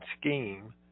scheme